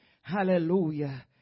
Hallelujah